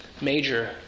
major